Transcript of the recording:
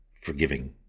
forgiving